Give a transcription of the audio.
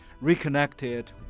reconnected